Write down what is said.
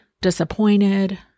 disappointed